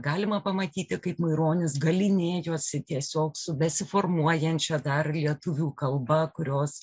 galima pamatyti kaip maironis galynėjosi tiesiog su besiformuojančia dar lietuvių kalba kurios